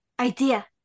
Idea